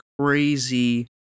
crazy